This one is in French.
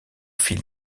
fil